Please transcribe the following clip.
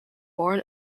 born